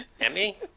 Emmy